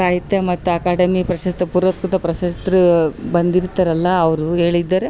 ಸಾಹಿತ್ಯ ಮತ್ತು ಅಕಾಡಮಿ ಪ್ರಶಸ್ತಿ ಪುರಸ್ಕೃತ ಪ್ರಶಸ್ತಿ ಬಂದಿರ್ತಾರಲ್ಲ ಅವರು ಹೇಳಿದ್ದಾರೆ